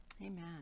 Amen